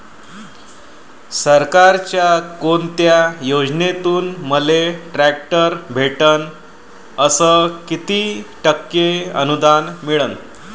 सरकारच्या कोनत्या योजनेतून मले ट्रॅक्टर भेटन अस किती टक्के अनुदान मिळन?